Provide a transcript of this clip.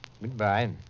Goodbye